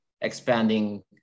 expanding